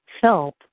help